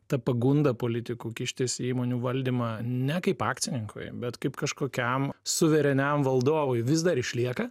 ta pagunda politikų kištis į įmonių valdymą ne kaip akcininkui bet kaip kažkokiam suvereniam valdovui vis dar išlieka